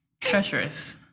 treacherous